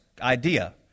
idea